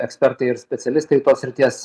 ekspertai ir specialistai tos srities